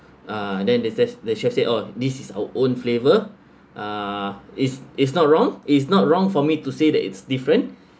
uh then the chef the chef say oh this is our own flavor uh is is not wrong it's not wrong for me to say that it's different